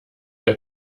der